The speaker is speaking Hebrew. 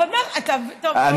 בבקשה, את מקבלת עוד חצי דקה, בבקשה.